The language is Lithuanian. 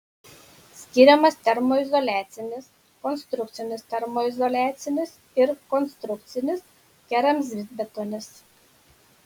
skiriamas termoizoliacinis konstrukcinis termoizoliacinis ir konstrukcinis keramzitbetonis